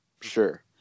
sure